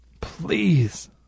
Please